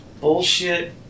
bullshit